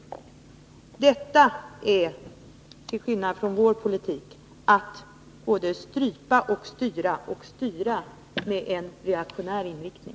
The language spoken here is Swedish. Detta är, till skillnad från vår politik, att både strypa och styra och att styra med en reaktionär inriktning.